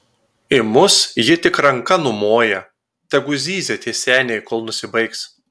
į mus ji tik ranka numoja tegu zyzia tie seniai kol nusibaigs